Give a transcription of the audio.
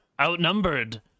outnumbered